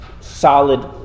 solid